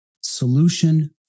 solution